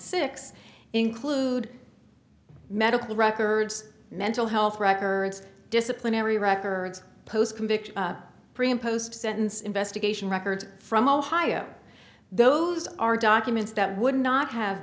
six include medical records mental health records disciplinary records post conviction pre and post sentence investigation records from ohio those are documents that would not have